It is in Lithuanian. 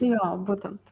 jo būtent